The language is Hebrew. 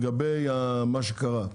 לגבי מה שקרה.